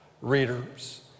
readers